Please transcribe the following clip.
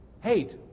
hate